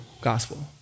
gospel